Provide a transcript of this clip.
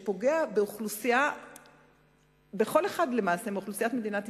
שלמעשה פוגע בכל אחד מאוכלוסיית מדינת ישראל,